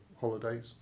holidays